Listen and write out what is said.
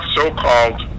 so-called